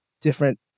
different